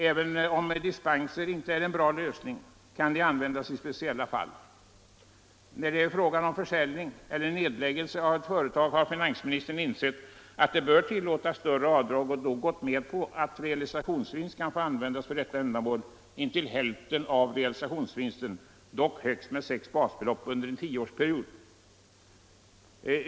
Även om dispenser inte är en bra lösning, kan de användas i speciella fall. När det är fråga om försäljning eller nedläggelse av ett företag har finansministern insett att det bör tillåtas större avdrag och då gått med på att realisationsvinst kan få användas för detta ändamål intill hälften av realisationsvinsten, dock högst med sex basbelopp under en tioårsperiod.